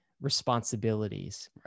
responsibilities